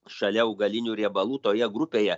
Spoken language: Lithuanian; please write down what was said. šalia augalinių riebalų toje grupėje